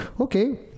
okay